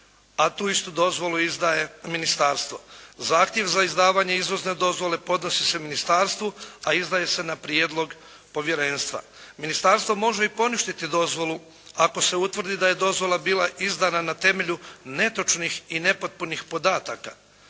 a tu istu dozvolu izdaje ministarstvo. Zahtjev za izdavanje izvozne dozvole podnosi se ministarstvu a izdaje se na prijedlog povjerenstva. Ministarstvo može i poništiti dozvolu ako se utvrdi da je dozvola bila izdana na temelju netočnih i nepotpunih podataka.